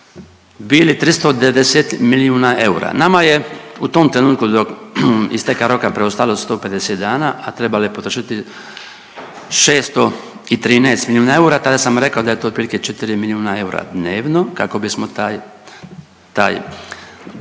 bili 390 milijuna eura. Nama je u tom trenutku do isteka roka preostalo 150 dana, a trebalo je potrošiti 613 milijuna eura, tada sam rekao da je to otprilike četri milijuna eura dnevno kako bismo taj